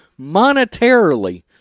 monetarily